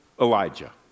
Elijah